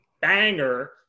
banger